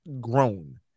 grown